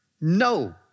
No